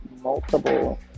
multiple